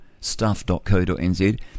Stuff.co.nz